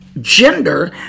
gender